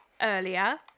earlier